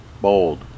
bold